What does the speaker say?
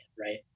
Right